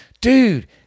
Dude